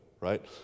right